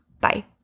Bye